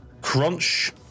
Crunch